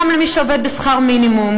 גם למי שעובד בשכר מינימום,